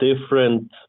different